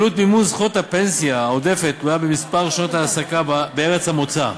עלות מימון זכות הפנסיה העודפת תלויה במספר שנות ההעסקה בארץ המוצא.